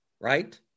right